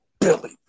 Billy